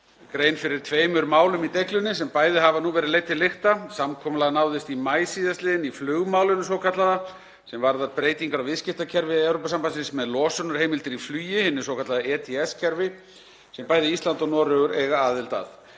grein fyrir tveimur málum í deiglunni sem bæði hafa verið leidd til lykta. Samkomulag náðist í maí síðastliðinn í flugmálinu svokallaða, sem varðar breytingar á viðskiptakerfi Evrópusambandsins með losunarheimildir í flugi, hinu svokallaða ETS-kerfi sem bæði Ísland og Noregur eiga aðild að.